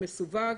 מסווג,